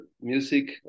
music